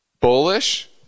Bullish